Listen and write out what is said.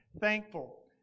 thankful